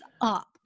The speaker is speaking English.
up